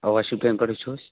اَوے شُپینہٕ پٮ۪ٹھٕے چھُس